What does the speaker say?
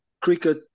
cricket